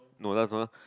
no lah